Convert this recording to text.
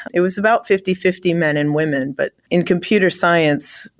it was about fifty fifty men and women, but in computer science,